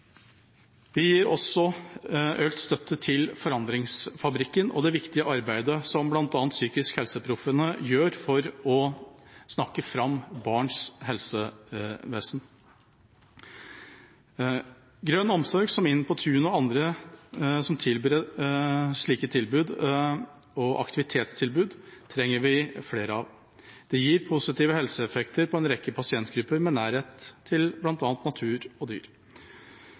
Vi gir også økt støtte til Forandringsfabrikken og det viktige arbeidet som bl.a. PsykiskhelseProffene gjør for å snakke fram barns helsevesen. Grønn omsorg som Inn på tunet og andre som tilbyr slike tilbud og aktivitetstilbud, trenger vi flere av. Det gir positive helseeffekter på en rekke pasientgrupper med nærhet til bl.a. natur og dyr.